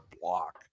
Block